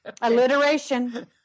Alliteration